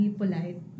polite